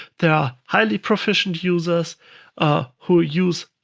there are highly proficient users ah who use